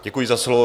Děkuji za slovo.